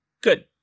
Good